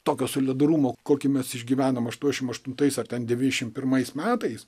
tokio solidarumo kokį mes išgyvenome aštuoniasdešimt aštuntais ar ten dvidešimt pirmais metais